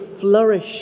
flourish